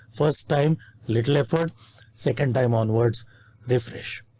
first time little efforts second time onwards refresh.